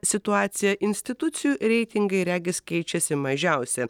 situaciją institucijų reitingai regis keičiasi mažiausia